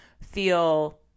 feel